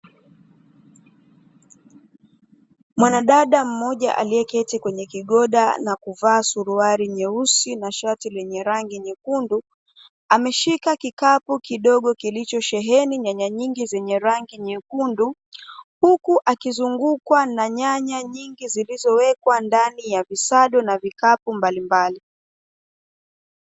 Mwanadada mmoja aliyeketi kwenye kigoda na kuvaa suruali nyeusi na shati lenye rangi nyekundu, ameshika kikapu kilicho sheheni nyaya nyingi za rangi nyekundu huku akizungukwa na nyaya nyingi zilizowekwa ndani ya visado na vikapu mbalimbali.